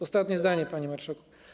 Ostatnie zdanie, panie marszałku.